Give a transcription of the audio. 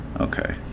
Okay